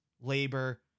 labor